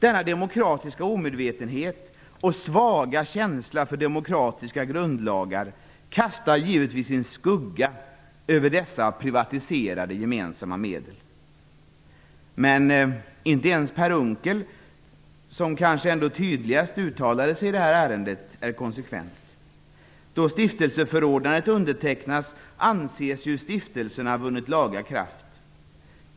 Denna demokratiska omedvetenhet och svaga känsla för demokratiska grundlagar kastar givetvis sin skugga över dessa privatiserade gemensamma medel. Men inte ens Per Unckel, som kanske tydligast har uttalat sig i ärendet, är konsekvent. Då stiftelseförordnandet undertecknas anses ju stiftelserna ha vunnit laga kraft.